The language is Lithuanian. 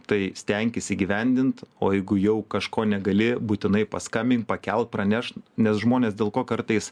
tai stenkis įgyvendint o jeigu jau kažko negali būtinai paskambink pakelk pranešk nes žmonės dėl ko kartais